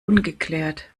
ungeklärt